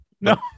No